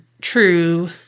true